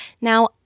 Now